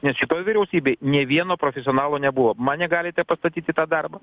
nes šitoj vyriausybėj nė vieno profesionalo nebuvo mane galite pastatyt į tą darbą